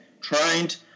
trained